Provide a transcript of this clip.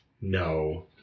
No